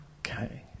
okay